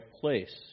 place